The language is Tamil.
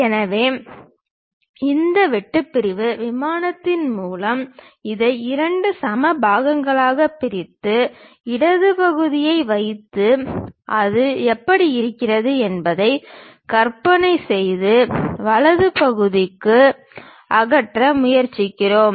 எனவே இந்த வெட்டு பிரிவு விமானத்தின் மூலம் இதை இரண்டு சம பாகங்களாக பிரித்து இடது பகுதியை வைத்து அது எப்படி இருக்கிறது என்பதைக் கற்பனை செய்து வலது பக்க பகுதியை அகற்ற முயற்சிக்கிறோம்